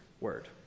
word